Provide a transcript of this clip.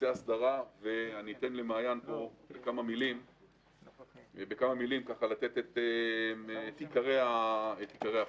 אני אתן למעיין לומר בכמה מילים את עיקרי החוק.